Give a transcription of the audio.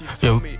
Yo